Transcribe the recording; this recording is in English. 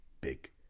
big